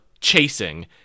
chasing